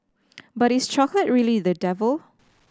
but is chocolate really the devil